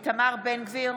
איתמר בן גביר,